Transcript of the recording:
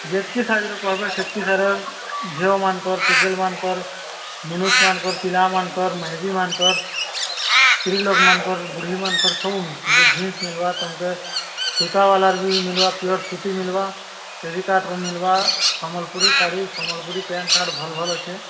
ଯେତ୍କି ସାଇଜ୍ର କହିବେ ସେତକି ସାଇଜ୍ରେ ଝିଅମାନଙ୍କର ଟୁକେଲ୍ମାନଙ୍କର ମନୁଷମାନଙ୍କର ପିଲାମାନଙ୍କର ମେହେନ୍ଦୀ ମାନଙ୍କର ସ୍ତ୍ରୀଲୋକ ମାନଙ୍କର ବୁଢ଼ୀମାନଙ୍କର ସବୁ ମିଲଛି ଯେ ଜିନ୍ସ ମିଲ୍ବା ତୁମକେ ସ ସୁତା ୱାଲାର ବି ମିଲ୍ବା ପିଓର ସୁତି ମିଲ୍ବା ସେଷ କାଟର ମିଲ୍ବା ସମ୍ବଲପୁରୀ ଶାଢ଼ୀ ସମ୍ବଲପୁରୀ ଶାଢ଼ୀ ପ୍ୟାଣ୍ଟ ସାର୍ଟ ଭଲ ଭଲ ଅଛେ